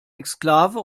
exklave